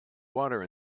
water